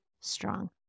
strong